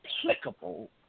Applicable